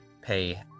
pay